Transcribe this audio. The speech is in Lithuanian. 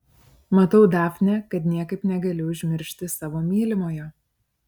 matau dafne kad niekaip negali užmiršti savo mylimojo